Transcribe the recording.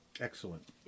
Excellent